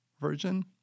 Version